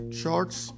shorts